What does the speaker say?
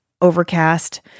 overcast